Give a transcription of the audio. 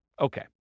Okay